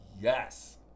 Yes